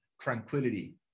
tranquility